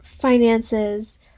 finances